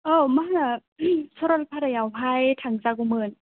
औ मा होनो सरलपारायाव हाय थांजागौमोन